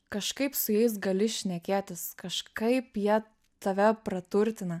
kažkaip su jais gali šnekėtis kažkaip jie tave praturtina